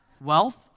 wealth